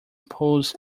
pose